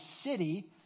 city